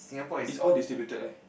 it's all distributed